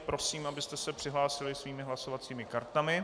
Prosím, abyste se přihlásili svými hlasovacími kartami.